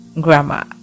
grammar